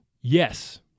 Yes